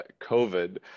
COVID